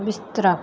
ਬਿਸਤਰਾ